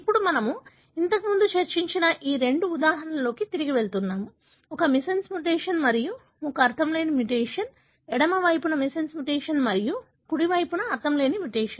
కాబట్టి మనము ఇంతకు ముందు చర్చించిన ఈ రెండు ఉదాహరణలకు తిరిగి వెళ్తున్నాము ఒక మిస్సెన్స్ మ్యుటేషన్ మరియు ఒక అర్ధంలేని మ్యుటేషన్ ఎడమ వైపున మిస్సెన్స్ మ్యుటేషన్ మరియు కుడి వైపున అర్ధంలేని మ్యుటేషన్